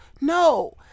No